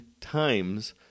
times